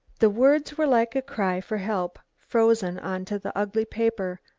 the words were like a cry for help, frozen on to the ugly paper.